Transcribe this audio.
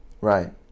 right